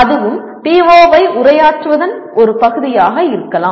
அதுவும் PO11 ஐ உரையாற்றுவதன் ஒரு பகுதியாக இருக்கலாம்